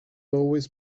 always